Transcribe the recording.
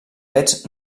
fets